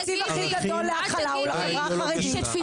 אי אפשר שהחברה החרדית תכתיב את העולם.